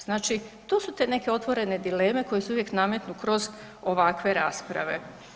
Znači, to su te neke otvorene dileme koje se uvijek nametnu kroz ovakve rasprave.